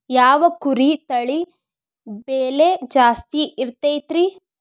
ಯಾವ ಕುರಿ ತಳಿ ಬೆಲೆ ಜಾಸ್ತಿ ಇರತೈತ್ರಿ?